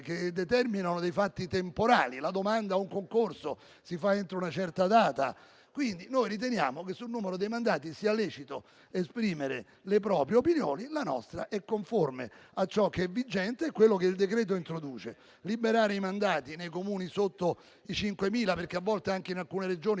che determinano limiti temporali. La domanda ad un concorso si presenta entro una certa data. Quindi, noi riteniamo che sul numero dei mandati sia lecito esprimere le proprie opinioni. La nostra è conforme a ciò che è vigente e a quanto il decreto introduce: liberare i mandati nei comuni sotto i 5.000 abitanti. In alcune Regioni,